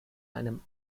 einem